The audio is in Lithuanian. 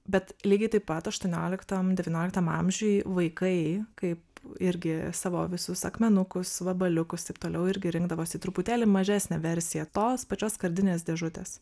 bet lygiai taip pat aštuonioliktam devynioliktam amžiuj vaikai kaip irgi savo visus akmenukus vabaliukus taip toliau irgi rinkdavosi truputėlį mažesnę versiją tos pačios skardinės dėžutės